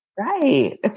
Right